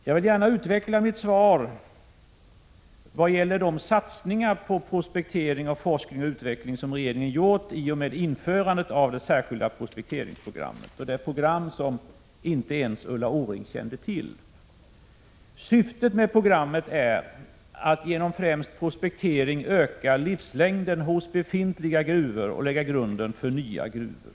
Jag vill gärna utveckla mitt svar vad gäller de satsningar på prospektering, särskilda prospekteringsprogrammet. Det är program som inte ens Ulla Orring kände till. Syftet med programmet är att genom främst prospektering öka livslängden hos befintliga gruvor och lägga grunden för nya gruvor.